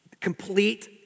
complete